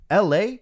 LA